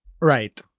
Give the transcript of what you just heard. right